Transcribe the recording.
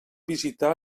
visitar